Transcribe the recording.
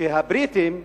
שהבריטים הצליחו,